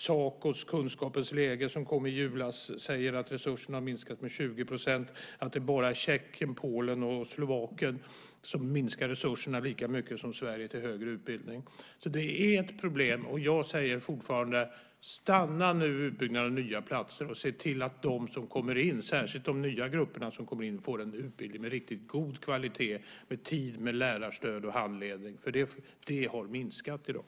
Sacos Kunskapens läge , som kom i julas, säger att resurserna har minskat med 20 %, att det bara är Tjeckien, Polen och Slovakien som minskar resurserna till högre utbildning lika mycket som Sverige. Det är ett problem, och jag säger fortfarande: Stanna nu utbyggnaden av nya platser och se till att de som kommer in, särskilt de nya grupper som kommer in, får en utbildning med riktigt god kvalitet, med tid för lärarstöd och handledning. Det har minskat i dag.